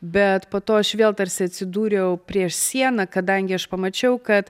bet po to aš vėl tarsi atsidūriau prieš sieną kadangi aš pamačiau kad